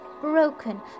broken